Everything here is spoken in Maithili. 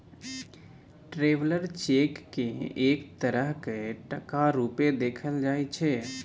ट्रेवलर चेक केँ एक तरहक टका रुपेँ देखल जाइ छै